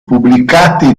pubblicati